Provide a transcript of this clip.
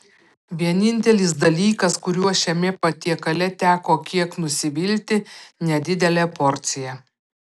vienintelis dalykas kuriuo šiame patiekale teko kiek nusivilti nedidelė porcija